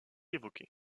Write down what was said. évoqué